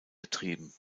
betrieben